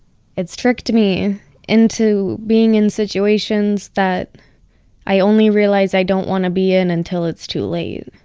it's tricked me into being in situations that i only realize i don't want to be in until it's too late.